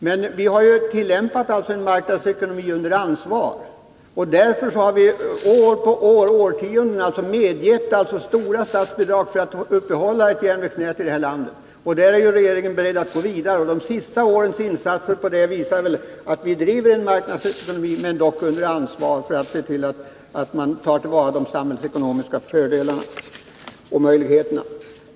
Men vi tillämpar en marknadsekonomi under ansvar, och därför har vi år efter år, i årtionden, medgett stora statsbidrag för att upprätthålla ett järnvägsnät i landet. På den vägen är regeringen beredd att gå vidare. De senaste årens insatser visar väl att vi driver en marknadsekonomi, men dock under ansvar, för att se till att man tillvaratar de samhällsekonomiska fördelarna och möjligheterna.